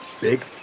big